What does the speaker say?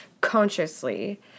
consciously